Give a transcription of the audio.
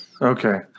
Okay